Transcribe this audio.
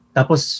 Tapos